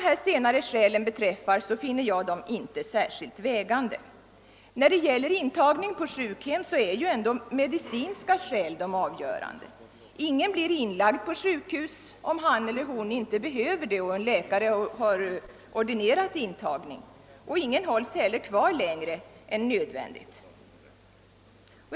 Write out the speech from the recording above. Jag finner inte dessa skäl särskilt vägande. När det gäller intagning på sjukhem är det ändå de medicinska skälen som är avgörande. Ingen blir inlagd på sjukhus om vederbörande inte behöver det och om inte en läkare har ordinerat intagning, och ingen hålls heller kvar längre än nödvändigt.